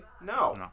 No